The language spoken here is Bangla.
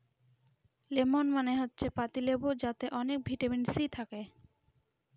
লেমন মানে হচ্ছে পাতি লেবু যাতে অনেক ভিটামিন সি থাকে